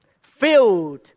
Filled